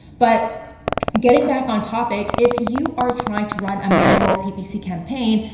but getting back on topic, if you are trying to run a manual ppc campaign,